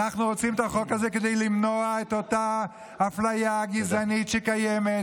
אנחנו רוצים את החוק הזה כדי למנוע את אותה אפליה גזענית שקיימת,